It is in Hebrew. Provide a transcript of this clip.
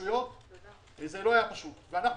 עיקריים שצריך לשים עליהם דגש.